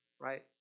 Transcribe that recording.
right